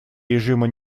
режима